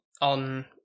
on